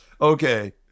okay